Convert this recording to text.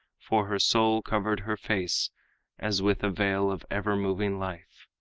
for her soul covered her face as with a veil of ever-moving life.